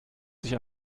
sich